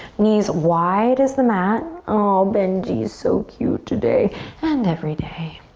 knees wide as the mat. oh, benji's so cute today and every day.